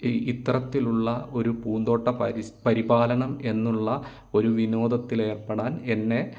ഈ ഇത്തരത്തിലുള്ള ഒരു പൂന്തോട്ടം പരിസ് പരിപാലനം എന്നുള്ള ഒരു വിനോദത്തിൽ ഏർപ്പെടാൻ എന്നെ